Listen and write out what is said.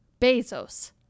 Bezos